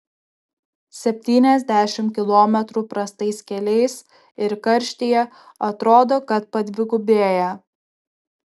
septyniasdešimt kilometrų prastais keliais ir karštyje atrodo kad padvigubėja